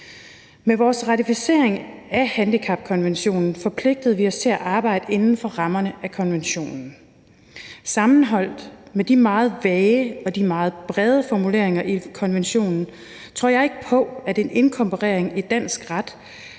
Med vores ratificering af handicapkonventionen forpligtede vi os til at arbejde inden for rammerne af konventionen. Sammenholdt med de meget vage og meget brede formuleringer i konventionen tror jeg ikke på, at en inkorporering i dansk ret